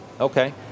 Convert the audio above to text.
Okay